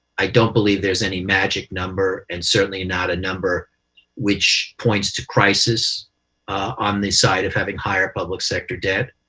i don't believe there's any magic number, and certainly not a number which points to crisis on the side of having higher public sector debt.